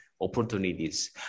opportunities